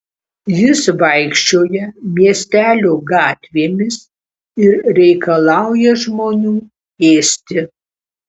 jis vaikščioja miestelio gatvėmis ir reikalauja žmonių ėsti